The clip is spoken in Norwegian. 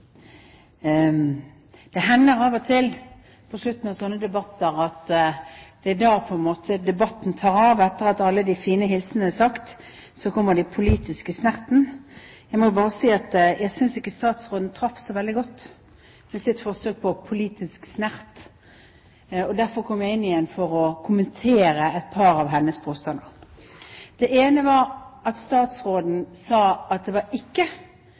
da debatten tar av. Etter alle de fine hilsenene kommer den politiske snerten. Jeg må bare si at jeg synes ikke statsråden traff så veldig godt i sitt forsøk på politisk snert. Derfor kommer jeg inn igjen for å kommentere et par av hennes påstander. Den ene var at statsråden sa at det ikke var